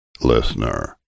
Listener